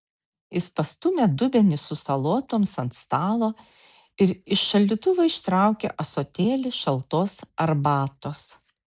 jis pastūmė dubenį su salotoms ant stalo ir iš šaldytuvo ištraukė ąsotėlį šaltos arbatos